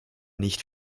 nicht